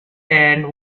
and